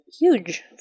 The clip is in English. huge